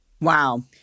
Wow